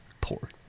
poor